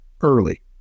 early